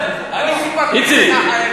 איציק.